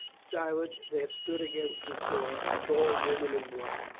silent, there stood against his door a tall woman in black.